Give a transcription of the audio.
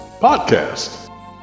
podcast